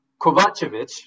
Kovacevic